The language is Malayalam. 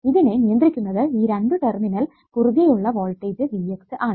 ഇതിനെ നിയന്ത്രിക്കുന്നത് ഈ രണ്ടു ടെർമിനലിന് കുറുകെ ഉള്ള വോൾടേജ് Vx ആണ്